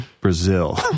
Brazil